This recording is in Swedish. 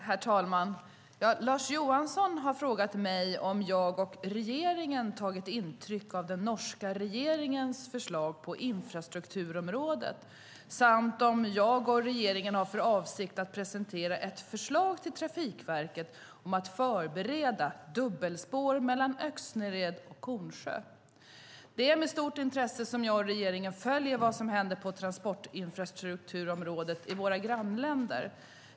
Herr talman! Lars Johansson har frågat mig om jag och regeringen har tagit intryck av den norska regeringens förslag på infrastrukturområdet samt om jag och regeringen har för avsikt att presentera ett förslag till Trafikverket om att förbereda dubbelspår mellan Öxnered och Kornsjö. Det är med stort intresse som jag och regeringen följer vad som händer på transportinfrastrukturområdet i våra grannländer.